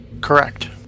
Correct